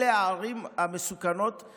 אלה הערים המסוכנות,